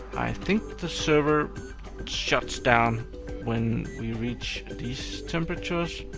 i think the server shuts down when we reach these temperatures,